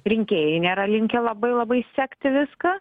rinkėjai nėra linkę labai labai sekti viską